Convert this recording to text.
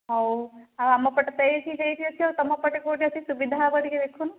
ହଉ ଆଉ ଆମ ପଟେ ତ ଏଇଠି ହେଇଛି ଆଉ ତମ ପଟେ କୋଉଠି କିଛି ସୁବିଧା ହେବ ଟିକେ ଦେଖୁନୁ